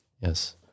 Yes